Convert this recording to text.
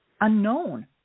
unknown